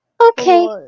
Okay